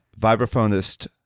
Vibraphonist